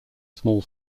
small